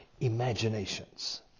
imaginations